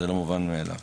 זה לא מובן מאליו.